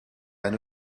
eine